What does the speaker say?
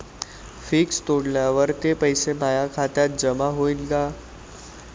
Fix तोडल्यावर ते पैसे माया खात्यात जमा होईनं का?